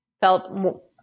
felt